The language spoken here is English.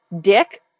dick